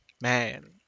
Man